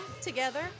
together